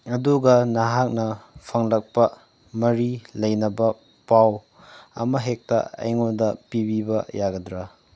ꯑꯗꯨꯒ ꯅꯍꯥꯛꯅ ꯐꯪꯂꯛꯄ ꯃꯔꯤ ꯂꯩꯅꯕ ꯄꯥꯎ ꯑꯃꯍꯦꯛꯇ ꯑꯩꯉꯣꯟꯗ ꯄꯤꯕꯤꯕ ꯌꯥꯒꯗ꯭ꯔꯥ